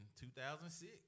2006